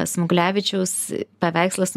smuglevičiaus paveikslas